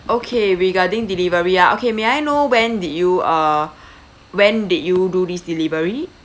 okay regarding delivery ah okay may I know when did you uh when did you do this delivery